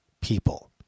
people